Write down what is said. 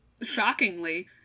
shockingly